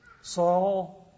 Saul